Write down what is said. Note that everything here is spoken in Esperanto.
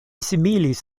similis